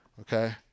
Okay